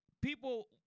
People